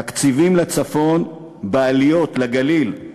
תקציבים לצפון, בעליות לגליל,